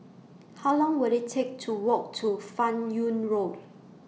How Long Will IT Take to Walk to fan Yoong Road